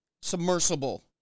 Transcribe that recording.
submersible